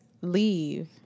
leave